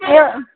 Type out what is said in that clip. ஐயோ